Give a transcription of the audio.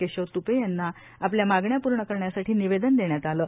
केशव त्पे यांना आपल्या मागण्या पूर्ण करण्यासाठी निवेदन देण्यात आले आहे